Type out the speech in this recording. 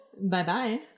Bye-bye